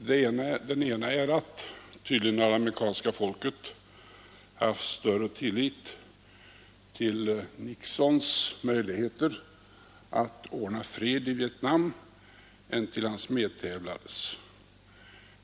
Den ena är att amerikanska folket tydligen har haft större tillit till Nixons möjligheter att ordna fred i Vietnam än till hans medtävlares.